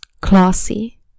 classy